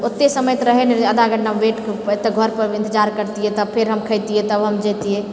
ओते समय तऽ रहै नहि जे आधा घण्टा वेट घरपर इन्तजार करतिऐ तऽ फेर हम खेतिऐ तब हम जेतिऐ